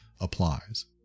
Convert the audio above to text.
applies